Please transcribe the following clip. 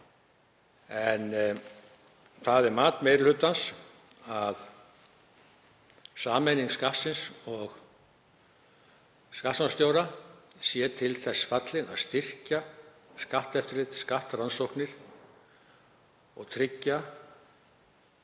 En það er mat meiri hlutans að sameining Skattsins og skattrannsóknarstjóra sé til þess fallin að styrkja skatteftirlit, skattrannsóknir og tryggja